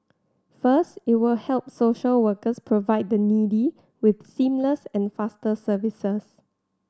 first it will help social workers provide the needy with seamless and faster services